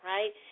Right